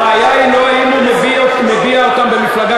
הבעיה היא לא אם הוא מביע אותן במפלגה